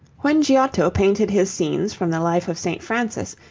when giotto painted his scenes from the life of st. francis,